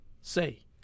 Say